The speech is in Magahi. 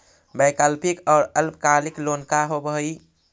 वैकल्पिक और अल्पकालिक लोन का होव हइ?